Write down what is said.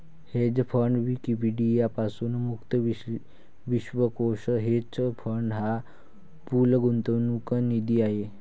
hedge fund Wikipedia पासून मुक्त विश्वकोश हेज फंड हा पूल गुंतवणूक निधी आहे